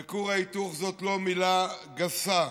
וכור ההיתוך זה לא מילה גסה.